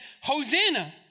Hosanna